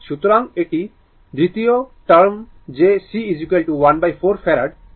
সুতরাং এটি দ্বিতীয় টার্ম যে c 14 farad d vd t